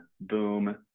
boom